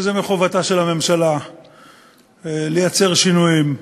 שזה מחובתה של הממשלה לייצר שינויים,